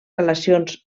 relacions